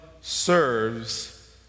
serves